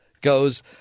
goes